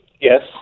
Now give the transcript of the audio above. Yes